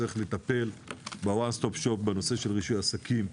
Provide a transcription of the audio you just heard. צריך לטפל בנושא של רישוי עסקים,